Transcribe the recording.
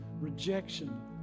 rejection